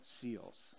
seals